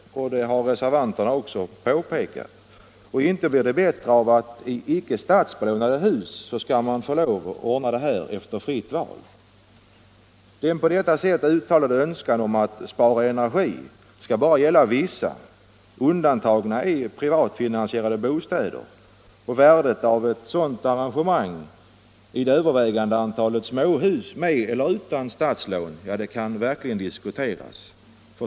Det har reservanterna också påpekat. Och inte blir det bättre av att man i icke statsbelånade hus skall få lov att ordna det här efter fritt val. Den på detta sätt uttalade önskan om att spara energi skall bara gälla vissa boendekategorier. Undantagna är privatfinansierade bostäder. Värdet av ett sådant arrangemang för småhus med eller utan statslån är här ointressant och kan verkligen diskuteras.